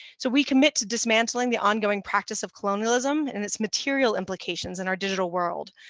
so we commit to dismantling the ongoing practice of colonialism and its material implications in our digital world,